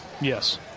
Yes